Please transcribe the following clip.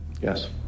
Yes